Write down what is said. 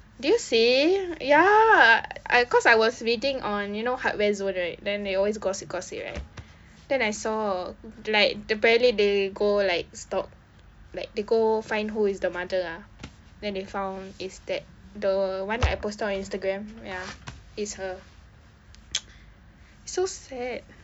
did you see ya I cause I was reading on you know hardware zone right then they always gossip gossip right then I saw like apparently like they go like stalk like they go find who is the mother ah then they found is that the one I posted on instagram ya it's her so sad